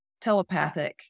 telepathic